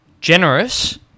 generous